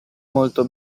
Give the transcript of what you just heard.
molto